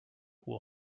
will